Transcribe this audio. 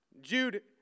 Jude